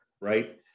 right